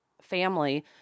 family